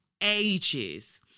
ages